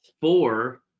four